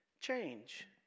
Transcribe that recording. change